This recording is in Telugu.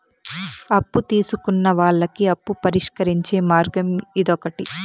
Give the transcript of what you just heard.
అప్పు తీసుకున్న వాళ్ళకి అప్పు పరిష్కరించే మార్గం ఇదొకటి